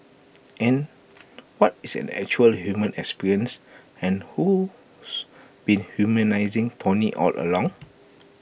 and what is an actual human experience and who's been humanising tony all along